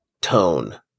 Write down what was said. tone